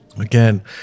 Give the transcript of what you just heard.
Again